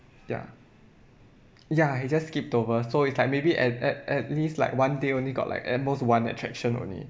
ya ya he just skipped over so it's like maybe at at at least like one day only got like at most one attraction only